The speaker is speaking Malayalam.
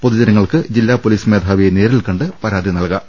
പൊതുജനങ്ങൾക്ക് ജില്ലാ പൊലീസ് മേധാവിയെ നേരിൽകണ്ട് പരാതി നൽകാം